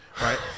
right